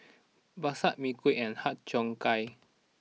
Bakso Mee Kuah and Har Cheong Gai